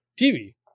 TV